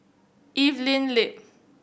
Evelyn Lip